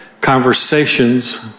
conversations